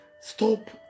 Stop